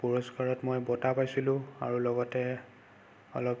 পুৰস্কাৰত মই বঁটা পাইছিলোঁ আৰু লগতে অলপ